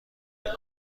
این